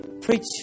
preach